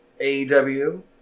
AEW